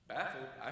Baffled